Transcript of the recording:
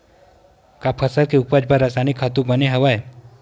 का फसल के उपज बर रासायनिक खातु बने हवय?